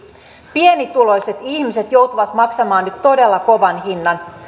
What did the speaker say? pienituloiset ihmiset joutuvat maksamaan nyt todella kovan hinnan